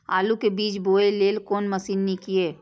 आलु के बीज बोय लेल कोन मशीन नीक ईय?